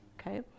Okay